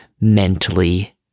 mentally